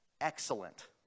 ...excellent